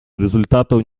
результатов